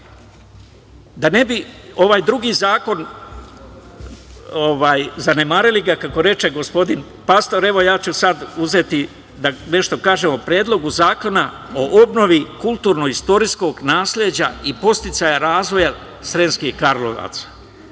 ne bismo ovaj drugi zakon zanemarili, kako reče gospodin Pastor, ja ću sad nešto reći i o Predlogu zakona o obnovi kulturno-istorijskog nasleđa i podsticaja razvoja Sremskih Karlovaca. Odmah